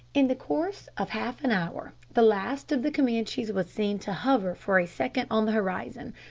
in the course of half an hour the last of the camanchees was seen to hover for a second on the horizon,